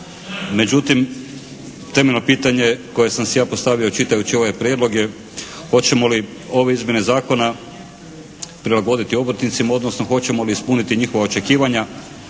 Međutim temeljno pitanje koje sam si ja postavio čitajući ovaj prijedlog je hoćemo li ove izmjene zakona prilagoditi obrtnicima, odnosno hoćemo li ispuniti njihova očekivanja.